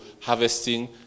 harvesting